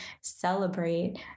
celebrate